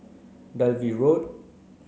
Dalvey Road